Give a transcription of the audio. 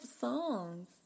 songs